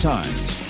Times